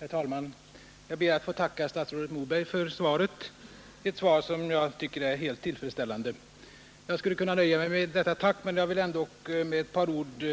Herr talman! Jag ber att få tacka statsrådet Moberg för svaret — ett svar som jag tycker är helt tillfredsställande. Jag skulle kunna nöja mig med detta tack, men jag vill ändock med ett par ord